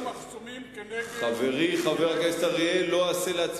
חברי חבר הכנסת אריאל.